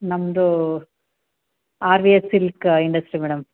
ನಮ್ಮದು R V S silk industry madam